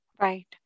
Right